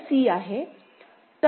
तर ते 1 0 वर जाईल